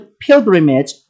pilgrimage